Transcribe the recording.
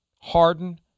Harden